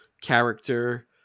character